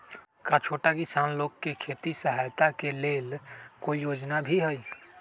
का छोटा किसान लोग के खेती सहायता के लेंल कोई योजना भी हई?